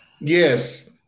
Yes